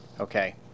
Okay